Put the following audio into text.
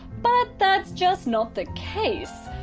but. that's just not the case.